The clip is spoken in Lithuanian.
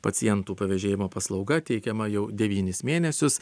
pacientų pavežėjimo paslauga teikiama jau devynis mėnesius